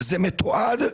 זה מתועד,